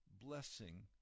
blessing